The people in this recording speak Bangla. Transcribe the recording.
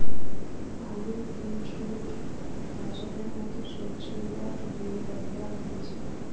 আলু, বিট রুট, গাজরের মত সবজি গুলার লিয়ে ব্যবহার হতিছে